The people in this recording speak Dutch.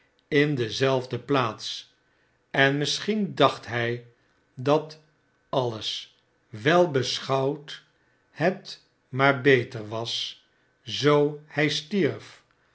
in dezelfde plaats en misschien dacht hij dat alles wel beschouwd het maar beter was zoo hj stierf